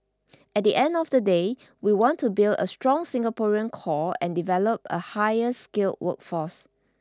at the end of the day we want to build a strong Singaporean core and develop a higher skilled workforce